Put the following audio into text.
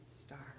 Star